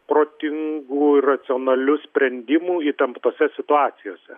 protingų racionalių sprendimų įtemptose situacijose